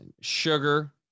sugar